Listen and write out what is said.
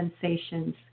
sensations